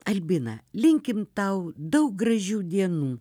albina linkim tau daug gražių dienų